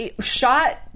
shot